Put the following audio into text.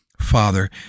Father